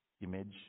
image